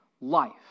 life